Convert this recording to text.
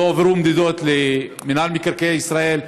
לא הועברו מדידות למינהל מקרקעי ישראל,